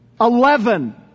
Eleven